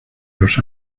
los